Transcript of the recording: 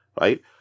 right